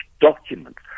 documents